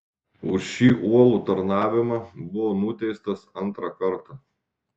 už šį uolų tarnavimą buvo nuteistas antrą kartą